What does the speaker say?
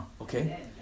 okay